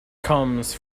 comes